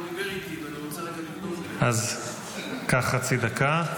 הוא דיבר איתי --- אז קח חצי דקה.